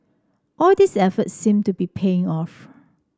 all these efforts seem to be paying off